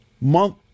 month